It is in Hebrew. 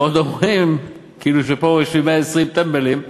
ועוד אומרים, כאילו פה יושבים 120 טמבלים: